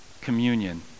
communion